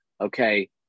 okay